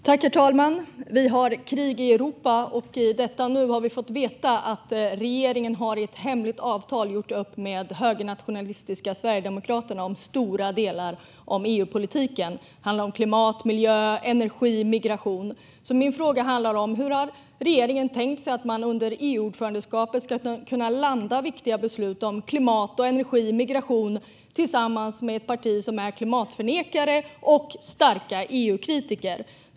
Herr talman! Vi har krig i Europa, och i detta nu har vi fått veta att regeringen i ett hemligt avtal har gjort upp med högernationalistiska Sverigedemokraterna om stora delar av EU-politiken. Det handlar om klimat och miljö, energi och migration. Min fråga handlar om hur regeringen har tänkt sig att man under EUordförandeskapet ska kunna landa viktiga beslut om klimat, energi och migration tillsammans med ett parti som är klimatförnekare och starkt EUkritiskt.